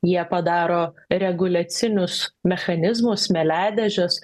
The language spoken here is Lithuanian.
jie padaro reguliacinius mechanizmus smėliadėžes